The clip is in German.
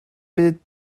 mit